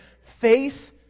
face